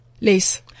Lace